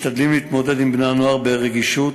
משתדלים להתמודד עם בני-הנוער ברגישות,